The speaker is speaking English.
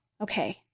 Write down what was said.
Okay